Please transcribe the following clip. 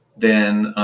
then